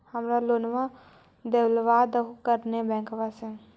हमरा लोनवा देलवा देहो करने बैंकवा से?